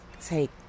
take